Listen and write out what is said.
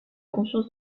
conscience